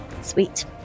Sweet